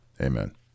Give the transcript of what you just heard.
amen